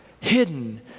hidden